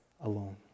alone